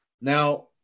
Now